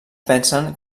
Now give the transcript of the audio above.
pensen